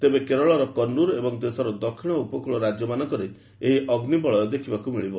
ତେବେ କେରଳର କନୁର୍ ଏବଂ ଦେଶର ଦକ୍ଷିଣ ଉପକୂଳ ରାଜ୍ୟମାନଙ୍କରେ ଏହି ଅଗ୍ନିବଳୟ ଦେଖିବାକୁ ମିଳିବ